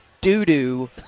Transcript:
doo-doo